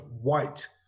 white